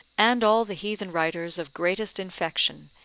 and all the heathen writers of greatest infection,